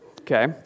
Okay